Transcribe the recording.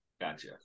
Gotcha